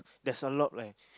that's a lot leh